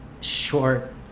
short